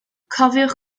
cofiwch